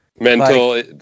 mental